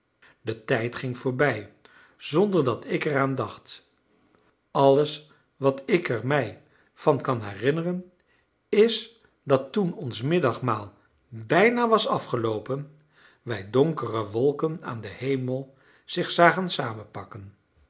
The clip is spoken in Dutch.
de tijd ging voorbij zonder dat ik eraan dacht alles wat ik er mij van kan herinneren is dat toen ons middagmaal bijna was afgeloopen wij donkere wolken aan den hemel zich zagen